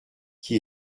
qui